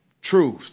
truth